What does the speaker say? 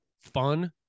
fun